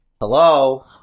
Hello